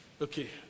Okay